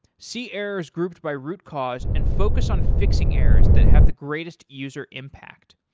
see errors group by root cause and focus on fixing errors that have the greatest user impact.